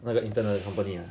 那个 intern 的 company ah